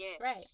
right